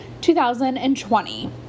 2020